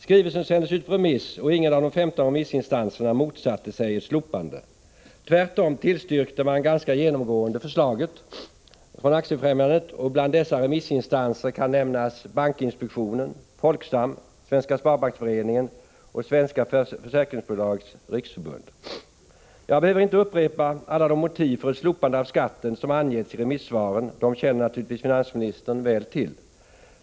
Skrivelsen sändes på remiss, och ingen av de 15 remissinstanserna motsatte sig slopandet. Tvärtom tillstyrkte de ganska genomgående förslaget från Aktiefrämjandet — och bland dessa remissinstanser kan nämnas bankinspektionen, Folksam, Svenska sparbanksföreningen och Svenska försäkringsbolags riksförbund. Jag behöver inte upprepa alla de motiv för ett slopande av skatten som har angetts i remissvaren — dem känner naturligtvis finansministern väl till.